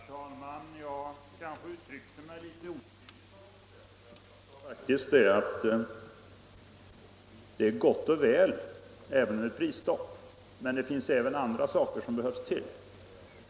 Herr talman! Jag kanske uttryckte mig litet otydligt. Jag sade faktiskt att det är gott och väl med prisstopp men att det behövs även andra saker.